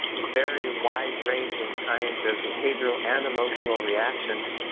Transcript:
very wide ranging kinds of behavioral and emotional reactions,